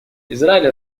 израиль